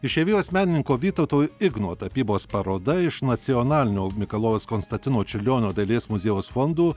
išeivijos menininko vytauto igno tapybos paroda iš nacionalinio mikalojaus konstantino čiurlionio dailės muziejaus fondų